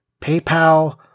PayPal